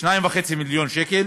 2.5 מיליון שקל,